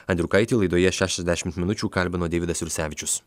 andriukaitį laidoje šešiasdešimt minučių kalbino deividas jursevičius